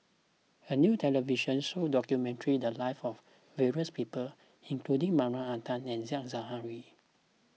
a new television show documented the lives of various people including Marie Ethel Bong and Said Zahari